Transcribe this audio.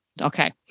Okay